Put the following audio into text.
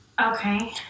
Okay